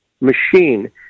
machine